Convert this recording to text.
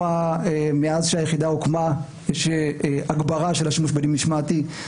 ומאז שהיחידה הוקמה יש הגברה של השימוש בדין משמעתי,